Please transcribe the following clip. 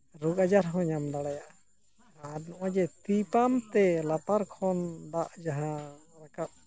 ᱨᱳᱜᱽ ᱟᱡᱟᱨ ᱦᱚᱸ ᱧᱟᱢ ᱫᱟᱲᱮᱭᱟᱜᱼᱟ ᱟᱨ ᱱᱚᱜᱼᱚᱭ ᱡᱮ ᱛᱤ ᱯᱟᱢ ᱛᱮ ᱞᱟᱛᱟᱨ ᱠᱷᱚᱱ ᱫᱟᱜ ᱡᱟᱦᱟᱸ ᱨᱟᱠᱟᱵ